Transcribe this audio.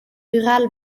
rurale